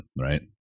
right